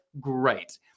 great